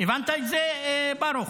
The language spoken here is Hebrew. הבנת את זה, ברוכי?